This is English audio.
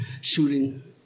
shooting